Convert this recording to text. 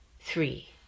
Three